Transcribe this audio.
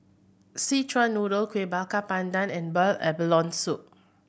Szechuan Noodle Kuih Bakar Pandan and boiled abalone soup